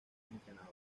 entrenador